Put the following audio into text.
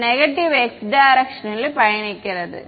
இது negative x direction ல் பயணிக்கிறது